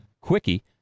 Quickie